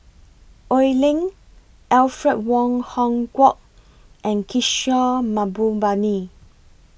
Oi Lin Alfred Wong Hong Kwok and Kishore Mahbubani